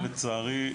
הקרן לצערי,